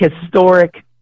historic